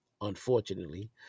unfortunately